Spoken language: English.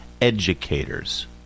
educators